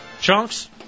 Chunks